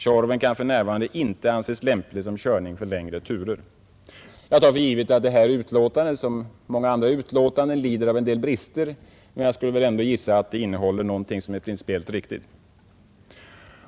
Tjorven kan f. n. inte anses lämplig för körning på längre turer.” Jag tar för givet att det här utlåtandet som många andra lider av en del brister, men jag skulle ändå gissa att det innehåller någonting som är principiellt riktigt.